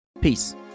Peace